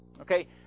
Okay